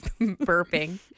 burping